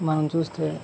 మనం చూస్తే